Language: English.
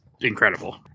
incredible